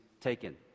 taken